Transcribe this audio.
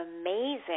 amazing